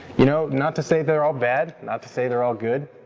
you know not to say they're all bad, not to say they're all good,